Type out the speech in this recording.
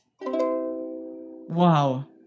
wow